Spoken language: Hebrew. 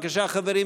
רבותיי?